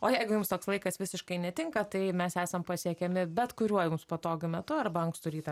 o jeigu jums toks laikas visiškai netinka tai mes esam pasiekiami bet kuriuo jums patogiu metu arba ankstų rytą